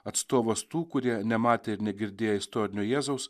atstovas tų kurie nematę ir negirdėję istorinio jėzaus